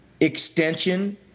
extension